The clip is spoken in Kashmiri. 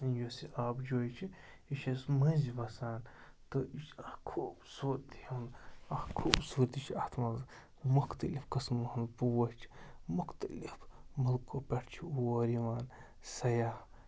یُس یہِ آب جویہِ چھِ یہِ چھِ اَسہِ مٔنٛزۍ وَسان تہٕ یہِ چھُ اَکھ خوٗبصوٗرتی ہُنٛد اَکھ خوٗبصوٗرتی چھِ اَتھ منٛز مُختلِف قٕسمو ہُنٛد پوش مختلف مُلکو پٮ۪ٹھ چھِ اور یِوان سَیاح